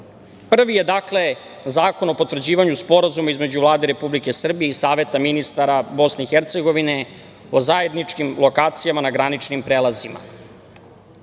rata. Prvi je, dakle Zakon o potvrđivanju sporazuma između Vlade Republike Srbije i Saveta ministara BiH, o zajedničkim lokacijama, na graničnim prelazima.